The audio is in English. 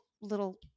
little